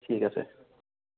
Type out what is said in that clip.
ঠিক আছে